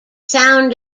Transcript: sound